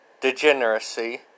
degeneracy